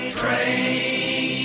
train